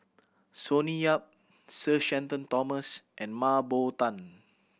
Sonny Yap Sir Shenton Thomas and Mah Bow Tan